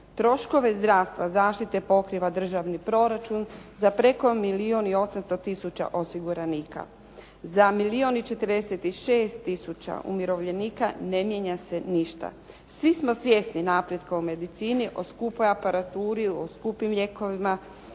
Troškove zdravstva, zaštite pokriva državni proračun za preko milijun i 800 tisuća osiguranika. Za milijun i 46 tisuća umirovljenika ne mijenja se ništa. Svi smo svjesni napretka u medicini, o skupoj aparaturi, o skupim lijekovima,